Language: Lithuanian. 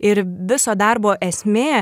ir viso darbo esmė